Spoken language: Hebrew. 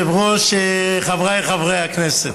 אדוני היושב-ראש, חבריי חברי הכנסת,